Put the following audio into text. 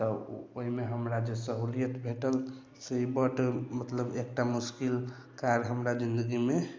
तऽ ओहिमे हमरा जे सहूलियत भेटल से ई बड्ड मतलब एकटा मुश्किल कार्य हमरा जिनगी मे